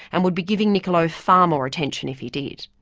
and would be giving niccolo far more attentionif he did.